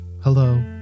Hello